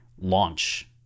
launch